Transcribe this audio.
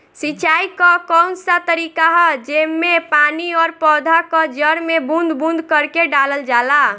सिंचाई क कउन सा तरीका ह जेम्मे पानी और पौधा क जड़ में बूंद बूंद करके डालल जाला?